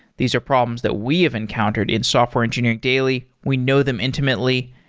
these are problems that we have encountered in software engineering daily. we know them intimately,